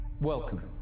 Welcome